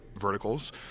verticals